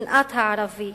שנאת הערבי,